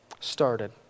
started